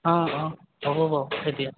অঁ অঁ হ'ব বাৰু তেতিয়া